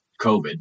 COVID